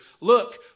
look